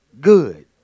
good